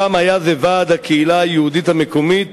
פעם היה זה ועד הקהילה היהודית המקומית